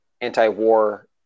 anti-war